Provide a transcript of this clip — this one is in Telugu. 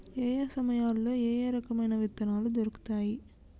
ఏయే సమయాల్లో ఏయే రకమైన విత్తనాలు దొరుకుతాయి?